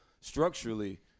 structurally